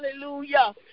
Hallelujah